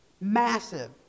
massive